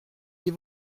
des